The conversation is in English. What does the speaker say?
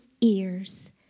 ears